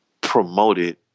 promoted